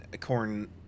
corn